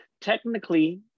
Technically